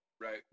Right